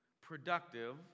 productive